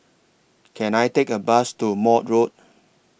Can I Take A Bus to Maude Road